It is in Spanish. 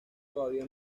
todavía